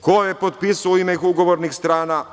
Ko je potpisao u ime ugovornih strana?